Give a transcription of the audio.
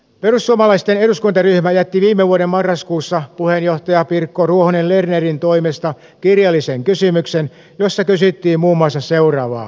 perussuomalaisten eduskuntaryhmä jätti viime vuoden marraskuussa puheenjohtaja pirkko ruohonen lernerin toimesta kirjallisen kysymyksen jossa kysyttiin muun muassa seuraavaa